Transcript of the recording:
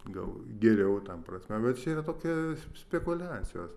gal geriau ten prasme čia yra tokia spekuliacijos